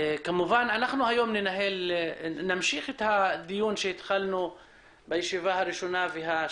היום נמשיך את הדיון שהתחלנו בישיבות הראשונות.